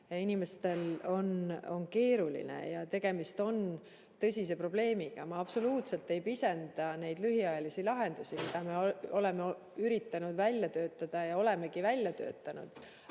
Inimestel on keeruline ja tegemist on tõsise probleemiga. Ma absoluutselt ei pisenda neid lühiajalisi lahendusi, mida me oleme üritanud välja töötada ja olemegi välja töötanud.